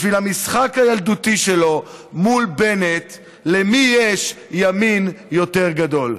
בשביל המשחק הילדותי שלו מול בנט למי יש ימין יותר גדול.